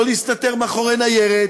לא להסתתר מאחורי ניירת,